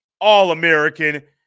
All-American